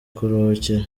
kuruhukira